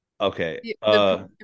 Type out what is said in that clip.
Okay